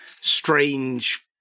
strange